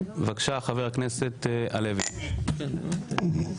חבר הכנסת הלוי, בבקשה.